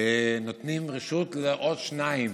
נותנים רשות לעוד שניים